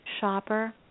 shopper